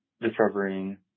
discovering